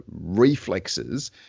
reflexes